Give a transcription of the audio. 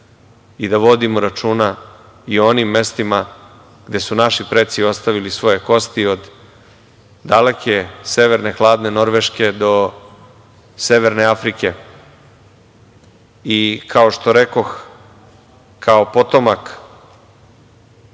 i da vodimo računa i o onim mestima gde su naši preci ostavili svoje kosti od daleke severne hladne Norveške do Severne Afrike. Kao što rekoh, kao potomak